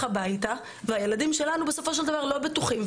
הביתה והילדים שלנו בסופו של דבר לא בטוחים.